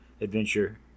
adventure